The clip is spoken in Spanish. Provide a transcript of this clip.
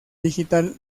digital